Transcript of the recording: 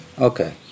Okay